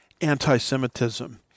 anti-Semitism